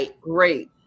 great